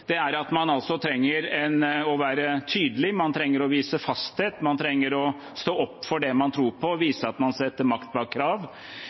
Det er at man trenger å være tydelig, man trenger å vise fasthet, man trenger å stå opp for det man tror på, og vise at man stiller makt bak krav.